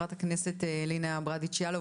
חברת הכנסת אלינה ברדץ' יאלוב,